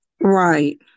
Right